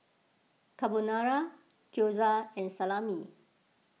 Carbonara Gyoza and Salami